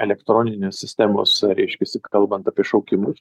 elektroninės sistemos reiškiasi kalbant apie šaukimus